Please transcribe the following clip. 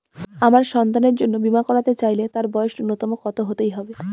আমার সন্তানের জন্য বীমা করাতে চাইলে তার বয়স ন্যুনতম কত হতেই হবে?